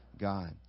god